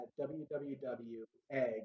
www.egg